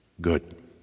good